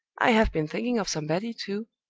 i have been thinking of somebody, too,